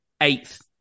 eighth